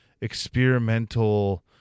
experimental